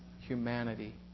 humanity